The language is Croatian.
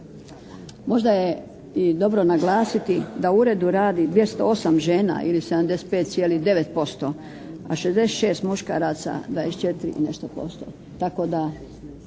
Možda je i dobro naglasiti da u Uredu radi 208 žena ili 75,9% a 66 muškaraca 24 i nešto posto.